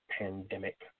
Pandemic